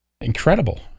Incredible